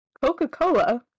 Coca-Cola